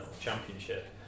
championship